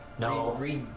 No